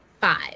Five